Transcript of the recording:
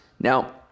Now